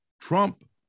Trump